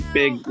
big